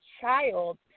child